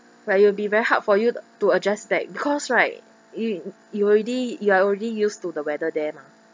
where it'll be very hard for you to adjust back because right you you already you are already used to the weather there mah